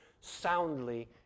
soundly